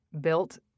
built